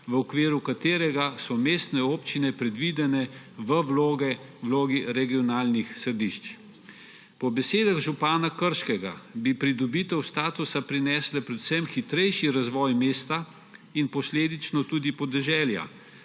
v okviru katerega so mestne občine predvidene v vlogi regionalnih središč. Po besedah župana Krškega bi pridobitev statusa prinesla predvsem hitrejši razvoj mesta in posledično tudi podeželja,